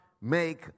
make